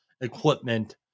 equipment